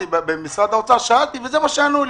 במשרד האוצר זה מה שענו לי.